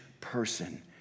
person